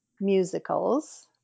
musicals